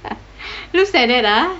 looks like that ah